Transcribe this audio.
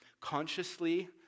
consciously